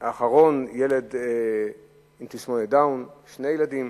אחרון עם תסמונת דאון, שני ילדים.